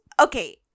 Okay